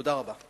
תודה רבה.